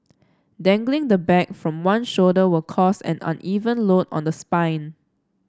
dangling the bag from one shoulder will cause an uneven load on the spine